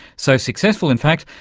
so successful in fact,